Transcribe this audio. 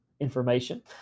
information